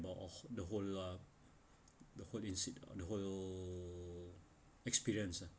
about awho~ the whole uh the whole inci~ othe whole experience ah